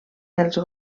dels